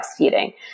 breastfeeding